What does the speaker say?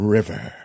River